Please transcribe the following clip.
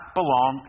belong